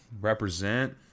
Represent